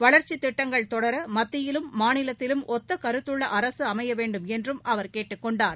வளர்ச்சி திட்டங்கள் தொடர மத்தியிலும் மாநிலத்திலும் ஒத்த கருத்துள்ள அரசு அமைய வேண்டும் என்றும் அவர் கேட்டுக்கொண்டார்